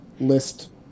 list